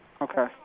Okay